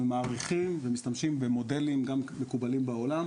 מעריכים ומשתמשים במודלים גם מקובלים בעולם,